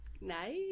Nice